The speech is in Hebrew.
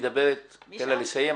תן לה לסיים.